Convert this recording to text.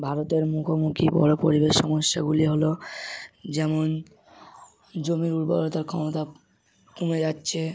ভারতের মুখোমুখি বড় পরিবেশ সমস্যাগুলি হল যেমন জমির উর্বরতার ক্ষমতা কমে যাচ্ছে